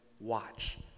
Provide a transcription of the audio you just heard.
watch